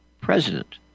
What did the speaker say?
president